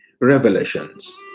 Revelations